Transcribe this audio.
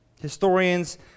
Historians